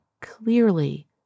clearly